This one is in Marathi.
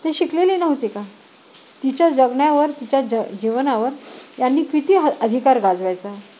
ते शिकलेले नव्हती का तिच्या जगण्यावर तिच्या ज जीवनावर यांनी किती ह अधिकार गाजवायचा